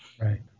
Right